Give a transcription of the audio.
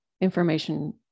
information